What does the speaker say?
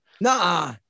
Nah